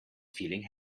feeling